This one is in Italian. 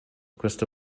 questo